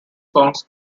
songs